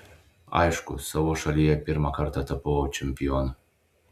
aišku savo šalyje pirmą kartą tapau čempionu